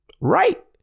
right